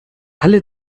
alle